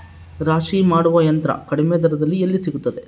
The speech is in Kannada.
ರಾಶಿ ಮಾಡುವ ಯಂತ್ರ ಕಡಿಮೆ ದರದಲ್ಲಿ ಎಲ್ಲಿ ಸಿಗುತ್ತದೆ?